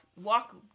walk